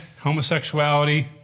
homosexuality